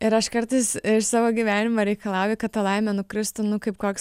ir aš kartais savo gyvenime reikalauju kad ta laimė nukristų nu kaip koks